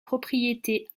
propriétés